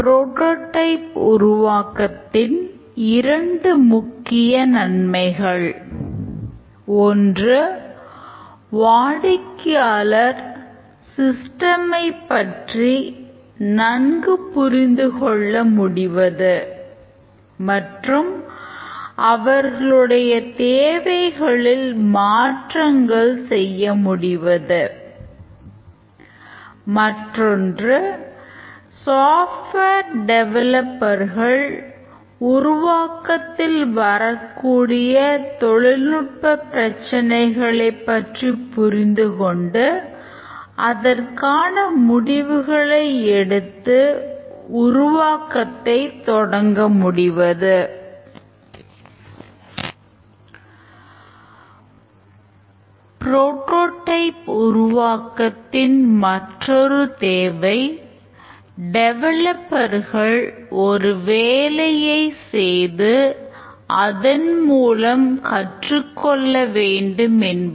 prototype உருவாக்கத்தின் இரண்டு முக்கிய நன்மைகள் ஒன்று வாடிக்கையாளர் சிஸ்டம் உருவாக்கத்தில் வரக்கூடிய தொழில்நுட்ப பிரச்சினைகளைப் பற்றி புரிந்துகொண்டு அதற்கான முடிவுகளை எடுத்து உருவாக்கத்தை தொடங்க முடிவது